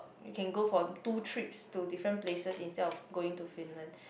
can go for two trips to different place itself going to Finland